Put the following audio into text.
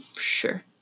Sure